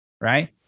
right